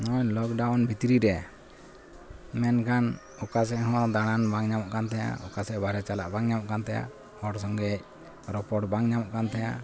ᱱᱚᱣᱟ ᱞᱚᱠᱰᱟᱣᱩᱱ ᱵᱷᱤᱛᱨᱤᱨᱮ ᱢᱮᱱᱠᱷᱟᱱ ᱚᱠᱟᱥᱮᱫ ᱦᱚᱸ ᱫᱟᱬᱟᱱ ᱵᱟᱝ ᱧᱟᱢᱚᱜᱠᱟᱱ ᱛᱮᱦᱮᱸᱫᱼᱟ ᱚᱠᱟᱥᱮᱫ ᱦᱚᱸ ᱵᱟᱨᱦᱮ ᱪᱟᱞᱟᱜ ᱵᱟᱝ ᱧᱟᱢᱚᱜ ᱠᱟᱱ ᱛᱮᱦᱮᱸᱫᱼᱟ ᱦᱚᱲ ᱥᱚᱸᱜᱮᱡ ᱨᱚᱯᱚᱲ ᱵᱟᱝ ᱧᱟᱢᱚᱜ ᱠᱟᱱ ᱛᱮᱦᱮᱸᱫᱼᱟ